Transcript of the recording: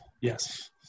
yes